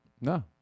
No